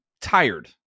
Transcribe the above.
tired